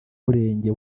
murenge